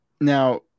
now